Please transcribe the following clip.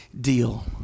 deal